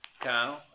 Kyle